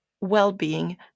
well-being